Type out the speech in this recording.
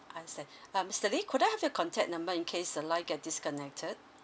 understand uh mister lee could I have your contact number in case the line get disconnected